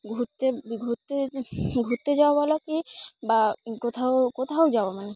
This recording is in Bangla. ঘুরতে ঘুরতে ঘুরতে যাওয়া বলো কি বা কোথাও কোথাও যাওয়া মানে